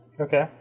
Okay